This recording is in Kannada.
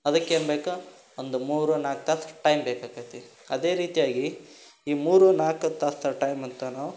ಅದಕ್ಕೇನು ಬೇಕು ಒಂದು ಮೂರು ನಾಲ್ಕು ತಾಸು ಟೈಮ್ ಬೇಕು ಆಕ್ಕತ್ತೆ ಅದೇ ರೀತಿಯಾಗಿ ಈ ಮೂರು ನಾಲ್ಕು ತಾಸು ತ ಟೈಮ್ ಅಂತನೋ